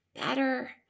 better